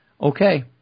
Okay